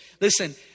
Listen